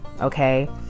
okay